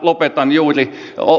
lopetan juuri